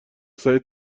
سریع